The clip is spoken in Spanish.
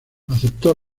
aceptó